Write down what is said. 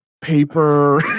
paper